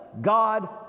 God